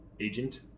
agent